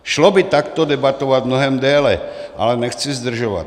Šlo by takto debatovat mnohem déle, ale nechci zdržovat.